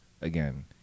again